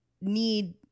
need